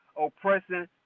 oppressing